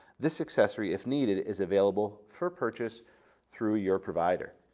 this accessory, if needed, is available for purchase through your provider.